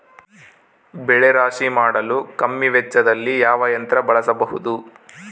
ಬೆಳೆ ರಾಶಿ ಮಾಡಲು ಕಮ್ಮಿ ವೆಚ್ಚದಲ್ಲಿ ಯಾವ ಯಂತ್ರ ಬಳಸಬಹುದು?